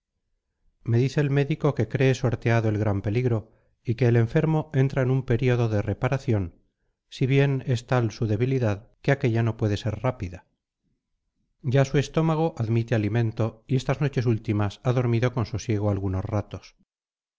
me dice el médico que cree sorteado el gran peligro y que el enfermo entra en un período de reparación si bien es tal su debilidad que aquella no puede ser rápida ya su estómago admite alimento y estas noches últimas ha dormido con sosiego algunos ratos